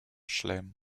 chelem